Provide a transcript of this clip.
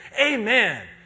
Amen